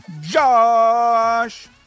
Josh